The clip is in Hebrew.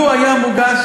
לו היה מוגש,